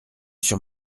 sur